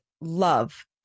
love